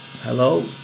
hello